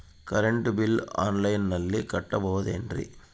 Current bill ಆನ್ಲೈನಿನಲ್ಲಿ ಕಟ್ಟಬಹುದು ಏನ್ರಿ?